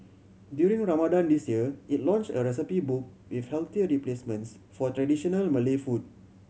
during Ramadan this year it launched a recipe book with healthier replacements for traditional Malay food